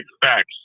facts